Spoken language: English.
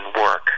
work